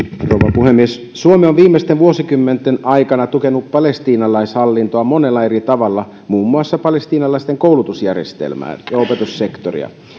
rouva puhemies suomi on viimeisten vuosikymmenten aikana tukenut palestiinalaishallintoa monella eri tavalla muun muassa palestiinalaisten koulutusjärjestelmää ja opetussektoria